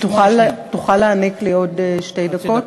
תוכל להעניק לי עוד שתי דקות?